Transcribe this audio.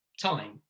time